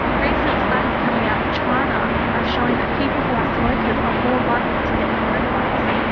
recent studies coming out of china are showing that people who are smokers are more likely to get coronavirus,